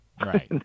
right